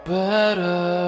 better